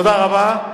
תודה רבה.